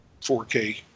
4K